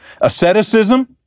Asceticism